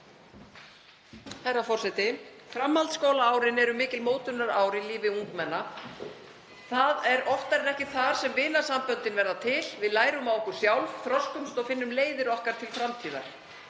Herra forseti. Framhaldsskólaárin eru mikil mótunarár í lífi ungmenna. Það er oftar en ekki þar sem vinasamböndin verða til. Við lærum á okkur sjálf, þroskumst og finnum leiðir okkar til framtíðar.